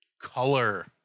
Color